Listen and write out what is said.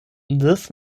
this